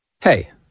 Hey